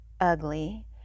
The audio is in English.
ugly